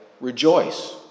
rejoice